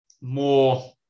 more